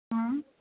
हँ